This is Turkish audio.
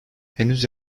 henüz